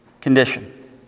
condition